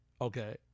okay